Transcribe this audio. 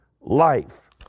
life